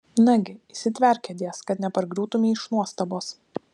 nagi įsitverk kėdės kad nepargriūtumei iš nuostabos